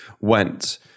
went